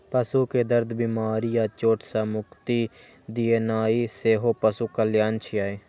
पशु कें दर्द, बीमारी या चोट सं मुक्ति दियेनाइ सेहो पशु कल्याण छियै